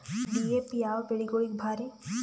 DAP ಯಾವ ಬೆಳಿಗೊಳಿಗ ಭಾರಿ?